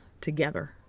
together